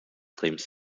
claims